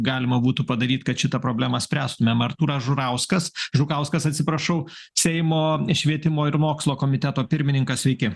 galima būtų padaryt kad šitą problemą spręstumėm artūras žurauskas žukauskas atsiprašau seimo švietimo ir mokslo komiteto pirmininkas sveiki